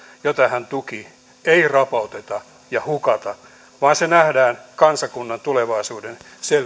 jota hän tuki ei rapauteta ja hukata vaan se nähdään kansakunnan tulevaisuuden